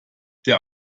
der